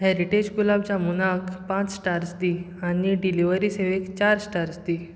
heritage गुलाब जामुनाक पांच स्टार्स दी आनी डिलिव्हरी सेवेक चार स्टार्स दी